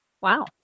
Wow